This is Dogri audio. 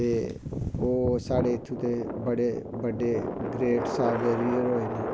चे ओह् साढ़े इत्थु दे बड़े बड्डे ग्रेट साह्ब होऐ न